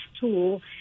tool